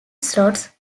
slots